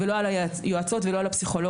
לא על היועצות ולא על הפסיכולוגיות.